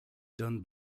done